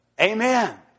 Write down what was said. Amen